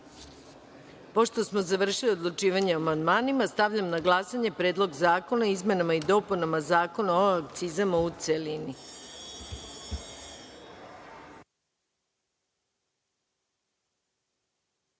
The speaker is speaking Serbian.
smo završili odlučivanje o amandmanima, stavljam na glasanje Predlog zakona o izmenama i dopunama Zakona o akcizama, u